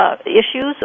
issues